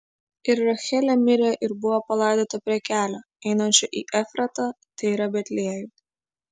ir rachelė mirė ir buvo palaidota prie kelio einančio į efratą tai yra betliejų